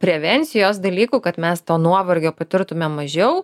prevencijos dalykų kad mes to nuovargio patirtume mažiau